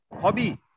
Hobby